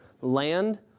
land